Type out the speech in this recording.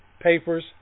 papers